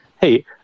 hey